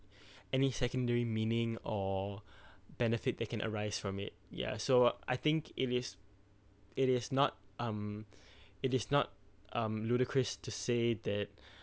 any secondary meaning or benefit that can arise from it ya so I think it is it is not um it is not um ludicrous to say that